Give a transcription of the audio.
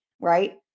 right